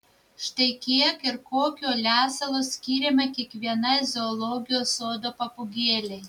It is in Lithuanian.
štai kiek ir kokio lesalo skiriama kiekvienai zoologijos sodo papūgėlei